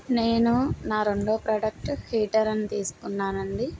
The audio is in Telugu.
నేను నా రెండో ప్రోడక్ట్ హీటర్ అని తీసుకున్నానండి